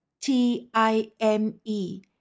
T-I-M-E